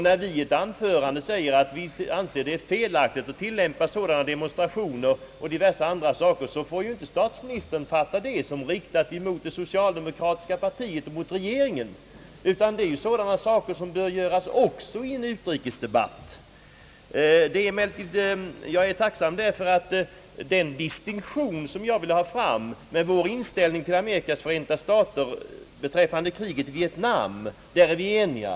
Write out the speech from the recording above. När vi förklarar att det är felaktigt att tillämpa sådana demonstrationer och diverse andra saker får inte statsministern fatta det som riktat mot socialdemokratiska partiet och regeringen, utan det är kritik som bör förekomma också i en utrikesdebatt. Jag är angelägen betona att när det gäller inställningen till Amerikas förenta stater beträffande kriget i Vietnam är vi eniga.